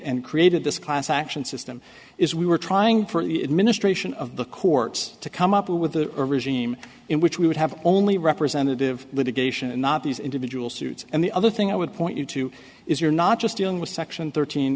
and created this class action system is we were trying for an administration of the courts to come up with the regime in which we would have only representative litigation and not these individual suits and the other thing i would point you to is you're not just dealing with section thirteen